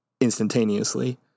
instantaneously